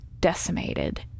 decimated